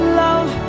love